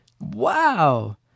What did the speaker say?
Wow